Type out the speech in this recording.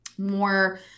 more